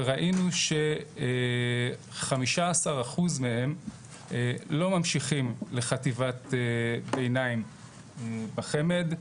וראינו ש-15% מהם לא ממשיכים לחטיבת ביניים בחמ"ד,